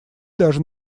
даже